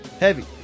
Heavy